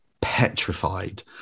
petrified